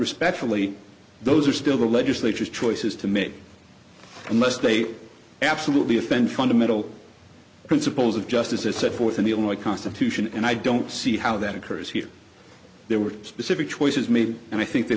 respectfully those are still the legislature's choices to make and must they absolutely offend fundamental principles of justice as set forth in the only constitution and i don't see how that occurs here there were specific choices made and i think they